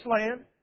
land